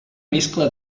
mescla